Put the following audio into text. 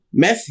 Messi